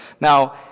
Now